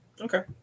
okay